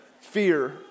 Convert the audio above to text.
fear